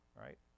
right